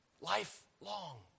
Lifelong